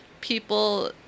people